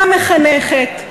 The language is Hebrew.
גם מחנכת,